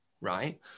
right